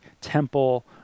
temple